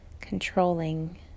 controlling